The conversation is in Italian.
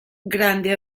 grande